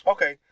Okay